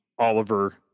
Oliver